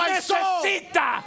necesita